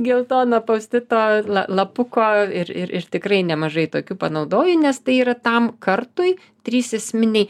geltono postito la lapuko ir ir ir tikrai nemažai tokių panaudoji nes tai yra tam kartui trys esminiai